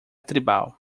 tribal